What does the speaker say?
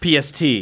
PST